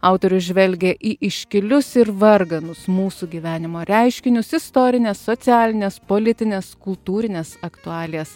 autorius žvelgia į iškilius ir varganus mūsų gyvenimo reiškinius istorines socialines politines kultūrines aktualijas